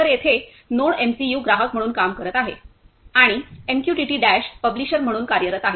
तर येथे नोडएमसीयू ग्राहक म्हणून काम करत आहे आणि एमक्यूटीटी डॅश पब्लिशर म्हणून कार्यरत आहेत